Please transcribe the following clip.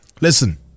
Listen